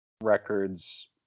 records